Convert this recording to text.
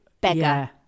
beggar